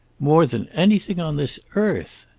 more than anything on this earth.